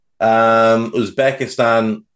Uzbekistan